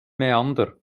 mäander